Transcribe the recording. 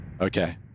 okay